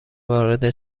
وارد